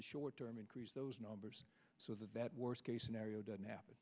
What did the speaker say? the short term increase those numbers so that worst case scenario doesn't